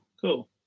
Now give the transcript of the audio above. cool